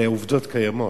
אלו עובדות קיימות.